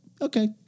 okay